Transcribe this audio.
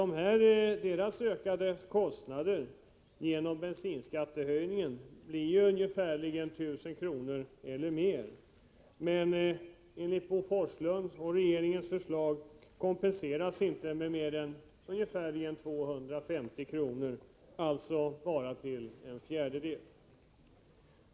Den ökade kostnad som de drabbas av genom bensinskattehöjningen blir 1000 kr. eller mer. Men enligt Bo Forslunds och regeringens förslag kompenseras de inte med mer än ungefär 250 kr., alltså bara till en fjärdedel.